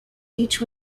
each